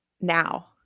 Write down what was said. now